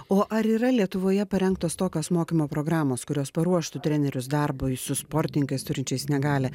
o ar yra lietuvoje parengtos tokios mokymo programos kurios paruoštų trenerius darbui su sportininkais turinčiais negalią